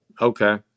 okay